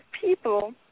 people